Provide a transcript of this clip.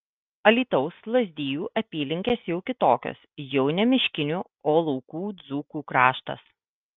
alytaus lazdijų apylinkės jau kitokios jau ne miškinių o laukų dzūkų kraštas